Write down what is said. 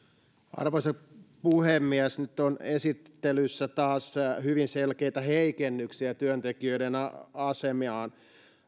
arvoisa puhemies nyt on esittelyssä taas hyvin selkeitä heikennyksiä työntekijöiden asemaan